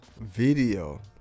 video